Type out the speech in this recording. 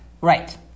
Right